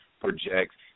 projects